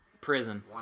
Prison